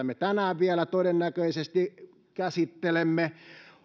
me tänään vielä todennäköisesti käsittelemme